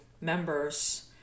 members